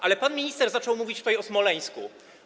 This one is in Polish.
Ale pan minister zaczął mówić tutaj o Smoleńsku.